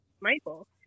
Michael